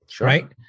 right